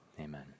Amen